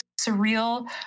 Surreal